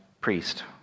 priest